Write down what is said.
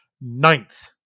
Ninth